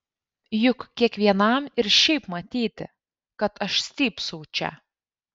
juk kiekvienam ir šiaip matyti kad aš stypsau čia